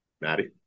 Maddie